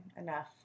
enough